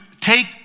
take